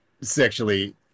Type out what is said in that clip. sexually